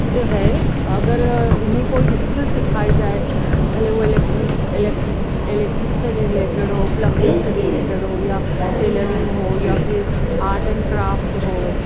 جو ہے اگر انہیں کوئی اسکل سکھائی جائے بھلے وہ الیکٹرک الیکٹرک الیکٹرک سے رلیٹڈ ہو پلمبنگ سے رلیٹڈ ہو یا ٹیلرنگ ہو یا پھر آرٹ اینڈ کرافٹ ہو